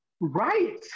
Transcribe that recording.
Right